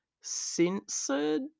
censored